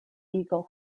eagle